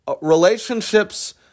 relationships